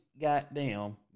goddamn